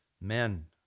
Men